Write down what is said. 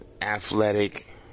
athletic